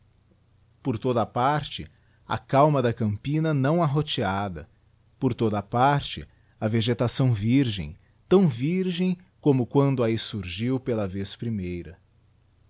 por toda parte a calma da campina não arroteada por toda parte a vegetação virgem tão virgem como quando ahi surgiu pela vez primeira